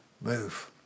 move